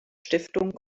stiftung